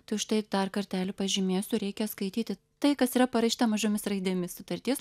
tai štai dar kartelį pažymėsiu reikia skaityti tai kas yra parašyta mažomis raidėmis sutarties